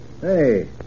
Hey